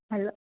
hello